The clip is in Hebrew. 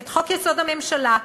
את חוק-יסוד: הממשלה,